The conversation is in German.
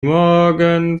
morgen